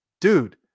dude